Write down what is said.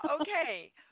okay